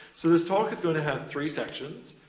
so, this talk is gonna have three sections.